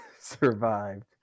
survived